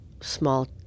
small